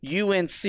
UNC